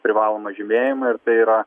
privalomą žymėjimą ir tai yra